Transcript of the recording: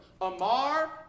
Amar